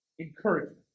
encouragement